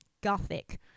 gothic